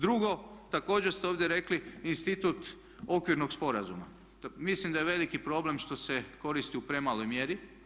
Drugo, također ste ovdje rekli institut okvirnog sporazuma, mislim da je veliki problem što se koristi u premaloj mjeri.